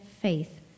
faith